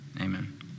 Amen